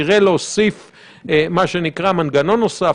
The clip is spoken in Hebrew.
יראה להוסיף מנגנון נוסף,